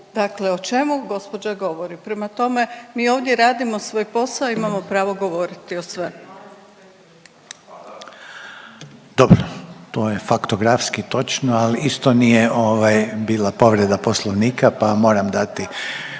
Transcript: dakle o čemu gđa. govori? Prema tome, mi ovdje radimo svoj posao i imamo pravo govoriti o svemu. **Reiner, Željko (HDZ)** Dobro, to je faktografski točno, ali isto nije ovaj bila povreda poslovnika pa vam moram dati,